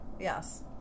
yes